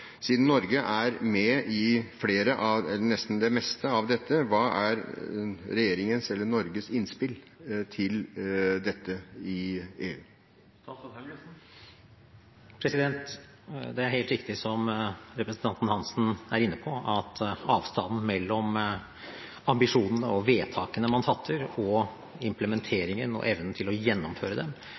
Siden Norge er med i det meste av dette – hva er Norges innspill til dette i EU? Det er helt riktig som representanten Hansen er inne på, at avstanden mellom ambisjonene man har, og vedtakene man fatter, og implementeringen og evnen til å gjennomføre